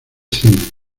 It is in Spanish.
cine